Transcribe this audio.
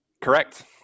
Correct